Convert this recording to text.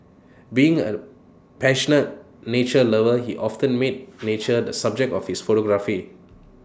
being A passionate nature lover he often made nature the subject of his photography